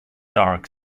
dark